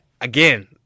again